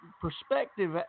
perspective